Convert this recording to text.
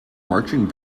marching